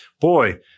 boy